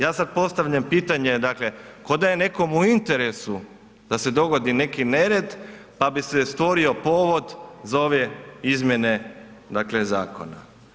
Ja sada postavljam pitanje, dakle kao da je nekom u interesu da se dogodi neki nered pa bi se stvorio povod za ove izmjene zakona.